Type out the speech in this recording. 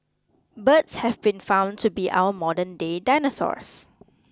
birds have been found to be our modern day dinosaurs